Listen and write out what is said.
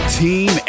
team